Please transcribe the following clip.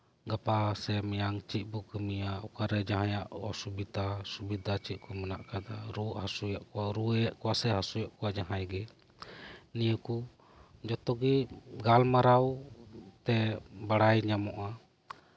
ᱜᱟᱯᱟ ᱥᱮ ᱢᱮᱭᱟᱝ ᱪᱮᱫ ᱵᱚᱱ ᱠᱟᱹᱢᱤᱭᱟ ᱚᱠᱟᱨᱮ ᱡᱟᱸᱦᱟᱭᱟᱜ ᱚᱥᱩᱵᱤᱫᱷᱟ ᱥᱩᱵᱤᱫᱷᱟ ᱪᱮᱫ ᱠᱚ ᱢᱮᱱᱟᱜ ᱟᱠᱟᱫᱟ ᱨᱩᱣᱟᱹᱭᱮᱫ ᱠᱚᱣᱟ ᱥᱮ ᱦᱟᱹᱥᱩᱭᱮᱫ ᱠᱚᱣᱟ ᱡᱟᱸᱦᱟᱭ ᱜᱮ ᱱᱤᱭᱟᱹ ᱠᱚ ᱡᱷᱚᱛᱚ ᱜᱮ ᱜᱟᱞᱢᱟᱨᱟᱣ ᱦᱩᱭᱩᱜ ᱛᱮ ᱵᱟᱲᱟᱭ ᱧᱟᱢᱚᱜᱼᱟ